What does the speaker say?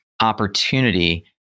opportunity